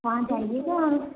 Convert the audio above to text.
वहाँ जाइएगा